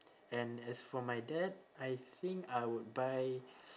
and as for my dad I think I would buy